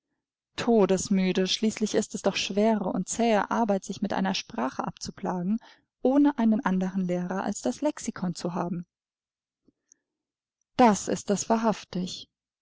schließlich ist es doch schwere und zähe arbeit sich mit einer sprache abzuplagen ohne einen anderen lehrer als das lexikon zu haben das ist es wahrhaftig